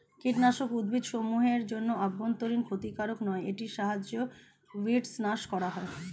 কীটনাশক উদ্ভিদসমূহ এর জন্য অভ্যন্তরীন ক্ষতিকারক নয় এটির সাহায্যে উইড্স নাস করা হয়